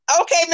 Okay